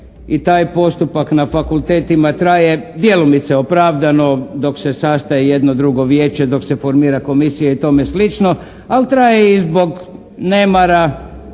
i taj postupak na fakultetima traje djelomice opravdano dok se sastane jedno, drugo vijeće, dok se formira komisija i tome slično. Ali traje i zbog nemara